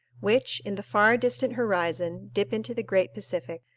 which, in the far distant horizon, dip into the great pacific.